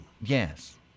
Yes